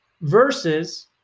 versus